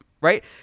right